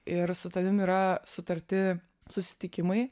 ir su tavim yra sutarti susitikimai